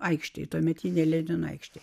aikštėje tuometinėje lenino aikštėje